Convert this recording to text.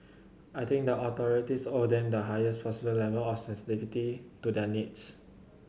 I think the authorities owe them the highest possible level of sensitivity to their needs